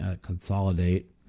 consolidate